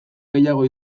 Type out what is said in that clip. gehiago